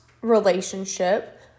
relationship